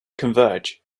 converge